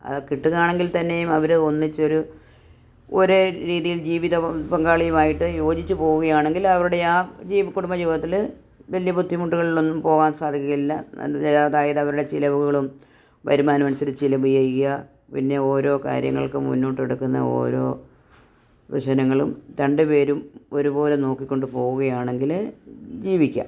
അത് കിട്ടുകാണെങ്കിൽ തന്നെയും അവർ ഒന്നിച്ചൊരു ഒരേ രീതിയിൽ ജീവിത പങ്കാളിയുമായിട്ട് യോജിച്ച് പോവുകയാണെങ്കിൽ അവരുടെ ആ കുടുംബ ജീവിതത്തില് വല്യ ബുദ്ധിമുട്ടുകളിലൊന്നും പോവാൻ സാധിക്കുകയില്ല അതായത് അവരുടെ ചിലവുകളും വരുമാനം അനുസരിച്ച് ചിലവ് ചെയ്യുക പിന്നെ ഓരോ കാര്യങ്ങൾക്ക് മുന്നോട്ട് കിടക്കുന്ന ഓരോ പ്രശ്നങ്ങളും രണ്ട് പേരും ഒരുപോലെ നോക്കിക്കൊണ്ട് പോവുകയാണെങ്കിൽ ജീവിക്കാം